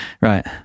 Right